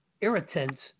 irritants